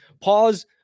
Pause